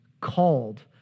called